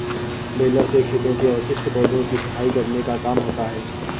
baler से खेतों के अवशिष्ट पौधों की सफाई करने का काम होता है